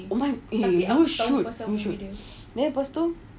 oh my eh you should you should